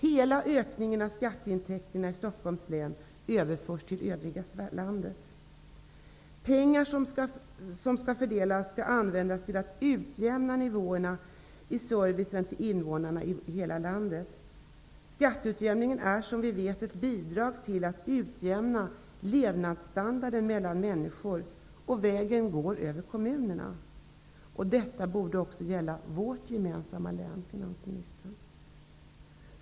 Hela ökningen av skatteintäkterna i Stockholms län överförs till övriga landet. De pengar som fördelas skall användas till att utjämna nivåerna i servicen till invånarna i hela landet. Skatteutjämningssystemet är -- som vi vet -- ett bidrag till att utjämna levnadsstandarden mellan människor, och vägen går över kommunerna. Detta borde också gälla vårt gemensamma län, finansministern!